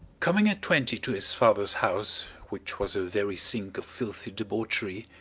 coming at twenty to his father's house, which was a very sink of filthy debauchery,